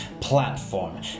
platform